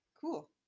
cool